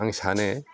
आं सानो